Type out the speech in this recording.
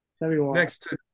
next